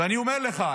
ואני אומר לך,